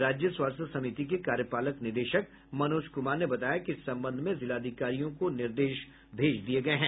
राज्य स्वास्थ्य समिति के कार्यपालक निदेशक मनोज कुमार ने बताया कि इस संबंध में जिलाधिकारियों को निर्देश भेज दिया गया है